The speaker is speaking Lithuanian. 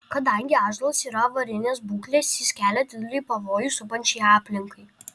kadangi ąžuolas yra avarinės būklės jis kelia didelį pavojų supančiai aplinkai